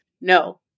No